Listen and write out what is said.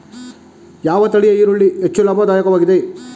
ಯಾವ ತಳಿಯ ಈರುಳ್ಳಿ ಹೆಚ್ಚು ಲಾಭದಾಯಕವಾಗಿದೆ?